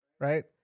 Right